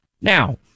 Now